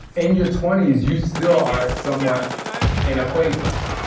and your twenty s, you still are somewhat in a playground.